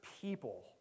people